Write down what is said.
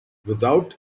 without